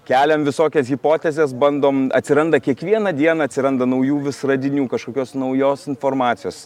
keliam visokias hipotezes bandom atsiranda kiekvieną dieną atsiranda naujų vis radinių kažkokios naujos informacijos